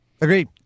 Agreed